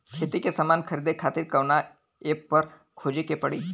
खेती के समान खरीदे खातिर कवना ऐपपर खोजे के पड़ी?